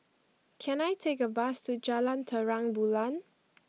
can I take a bus to Jalan Terang Bulan